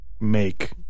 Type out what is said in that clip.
make